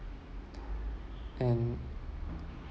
and